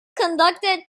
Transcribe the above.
conducted